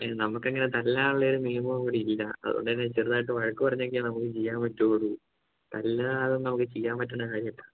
നമുക്ക് അങ്ങനെ തല്ലാനുള്ള ഒരു നിയമം ഇവിടില്ല അതുകൊണ്ട് തന്നെ ചെറുതായിട്ട് വഴക്ക് പറഞ്ഞൊക്കെ നമുക്ക് ചെയ്യാൻ പറ്റൂള്ളു അല്ലാതെ നമുക്ക് ചെയ്യാൻ പറ്റുന്ന കാര്യമല്ല